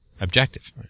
objective